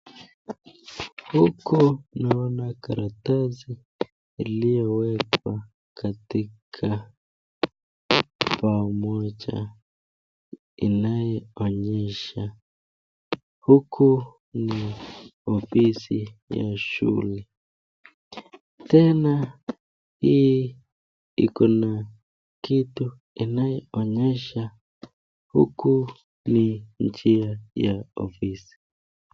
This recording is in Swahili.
Huku naona karatasi iliyowekwa katika bao moja inayoonyesha huku ni ofisi ya shule tena hii Iko na kitu inayoonyesha huku ni njia ofisi.